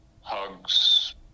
hugs